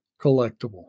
collectible